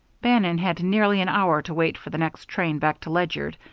bannon had nearly an hour to wait for the next train back to ledyard,